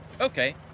Okay